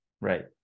Right